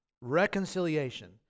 Reconciliation